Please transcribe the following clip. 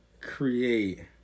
create